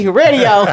radio